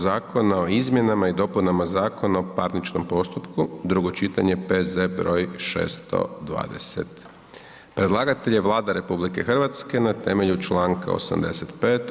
zakona o izmjenama i dopunama Zakona o parničnom postupku, drugo čitanje, P.Z. br. 620; Predlagatelj je Vlada RH na temelju čl. 85.